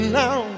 now